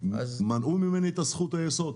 מנעו ממני את זכות היסוד.